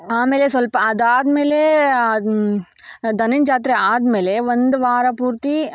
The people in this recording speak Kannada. ಆಮೇಲೆ ಸ್ವಲ್ಪ ಅದಾದಮೇಲೆ ದನಿಂದು ಜಾತ್ರೆ ಆದಮೇಲೆ ಒಂದು ವಾರ ಪೂರ್ತಿ